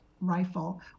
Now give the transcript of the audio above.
rifle